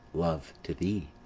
love, to thee.